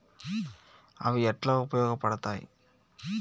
అవి ఎట్లా ఉపయోగ పడతాయి?